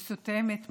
שסותמת פיות,